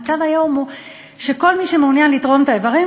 המצב היום הוא שכל מי שמעוניין לתרום את האיברים